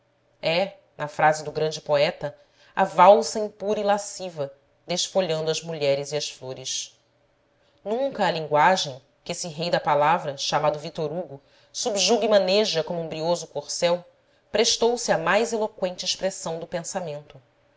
é na frase do grande poeta a valsa impura e lasciva desfolhando as mulheres e as flores nunca a linguagem que esse rei da palavra chamado victor hugo subjuga e maneja como um brioso corcel prestou se à mais eloqüente expressão do pensamento